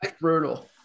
brutal